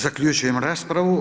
Zaključujem raspravu.